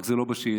רק זה לא בשאילתה.